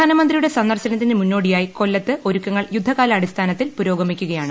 പ്രധാനമന്ത്രിയുടെ സന്ദർശനത്തിന് മുന്നോടിയായി കൊല്ലത്ത് ഒരുക്കങ്ങൾ യുദ്ധകാലാടിസ്ഥാനത്തിൽ പുരോഗമിക്കുകയാണ്